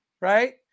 right